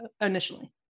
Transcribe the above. initially